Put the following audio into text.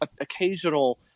occasional